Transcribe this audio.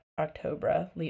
October